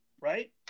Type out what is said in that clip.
right